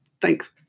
Thanks